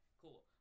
Cool